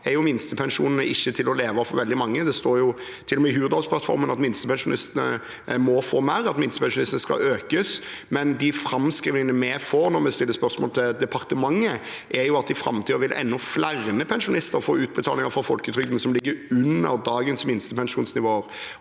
er minstepensjonen ikke til å leve av for veldig mange. Det står til og med i Hurdalsplattformen at minstepensjonistene må få mer, at minstepensjonen skal økes. Imidlertid er de framskrivningene vi får når vi stiller spørsmål til departementet, at i framtiden vil enda flere pensjonister få utbetalinger fra folketrygden som ligger under dagens minstepensjonsnivåer,